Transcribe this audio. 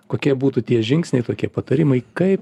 kokie būtų tie žingsniai tokie patarimai kaip